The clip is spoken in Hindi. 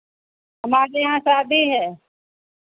हमारे यहाँ शादी है